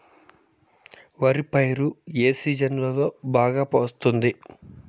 వరి పైరు ఏ సీజన్లలో బాగా వస్తుంది